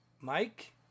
Mike